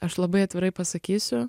aš labai atvirai pasakysiu